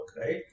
right